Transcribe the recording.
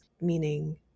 meaning